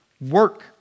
work